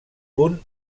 punt